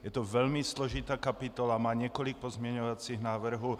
Je to velmi složitá kapitola, má několik pozměňovacích návrhů.